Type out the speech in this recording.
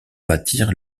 bâtir